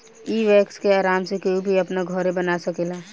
इ वैक्स के आराम से केहू भी अपना घरे बना सकेला